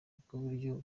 bw’uburyo